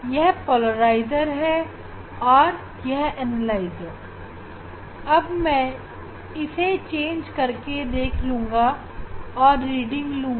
यह पोलराइजर है और यह एनालाइजर अब मैं इसे चेंज करके देखूँगा और रीडिंग लूँगा